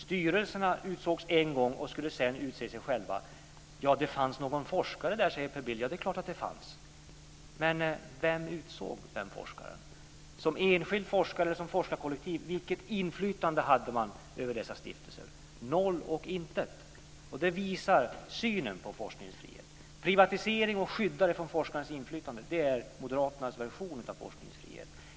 Styrelserna utsågs en gång, och skulle sedan utse sig själva. Det fanns någon forskare där, säger Per Bill. Ja, det är klart att det fanns! Men vem utsåg den forskaren? Vilket inflytande hade man som enskild forskare eller som forskarkollektiv över dessa stiftelser? Noll och intet! Detta visar synen på forskningsfrihet. Privatisering och skydd från forskarnas inflytande - det är Moderaternas version av forskningsfrihet.